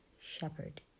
shepherd